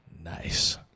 nice